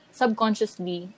subconsciously